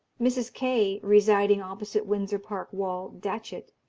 mrs. kaye, residing opposite windsor park wall, datchet,